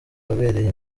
wabereye